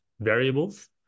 variables